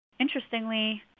Interestingly